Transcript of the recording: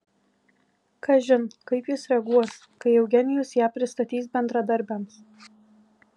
kažin kaip jis reaguos kai eugenijus ją pristatys bendradarbiams